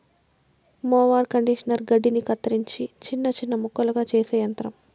mower conditioner గడ్డిని కత్తిరించి చిన్న చిన్న ముక్కలుగా చేసే యంత్రం